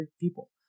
people